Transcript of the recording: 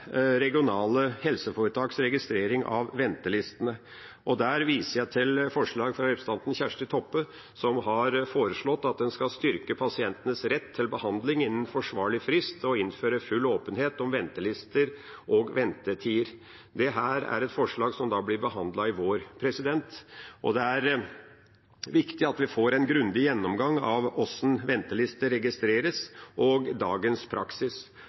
regionale helseforetaks registrering av ventelistene. Der viser jeg til forslag fra representanten Kjersti Toppe, som har foreslått at en skal styrke pasientenes rett til behandling innen forsvarlig frist og innføre full åpenhet om ventelister og ventetider. Dette er et forslag som blir behandlet i vår, og det er viktig at vi får en grundig gjennomgang av hvordan ventelister registreres, og dagens praksis.